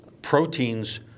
proteins